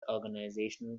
organizational